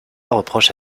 reproche